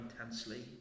intensely